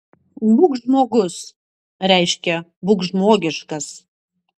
būk žmogus reiškia būk žmogiškas